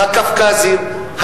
הקווקזים,